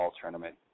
Tournament